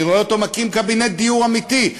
אני רואה אותו מקים קבינט דיור אמיתי,